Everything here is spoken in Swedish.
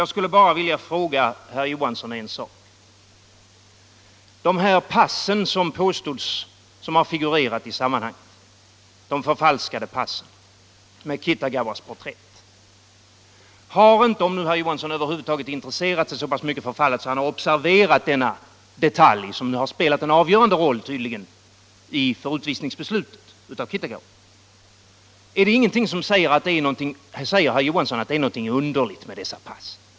Jag skulle bara vilja ställa en fråga till herr Johansson, som gäller de förfalskade pass med Kitagawas porträtt som figurerat i sammanhanget. Om herr Johansson över huvud taget intresserat sig så mycket för fallet att han har observerat denna detalj, som tydligen spelat en avgörande roll för beslutet om utvisning av Kitagawa, vill jag fråga: Är det ingenting som säger herr Johansson att det är någonting underligt med dessa pass?